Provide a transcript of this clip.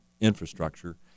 infrastructure